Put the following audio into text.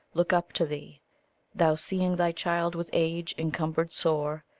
look up to thee thou, seeing thy child with age encumbered sore,